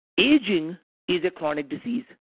aging is a chronic disease.